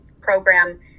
program